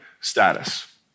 status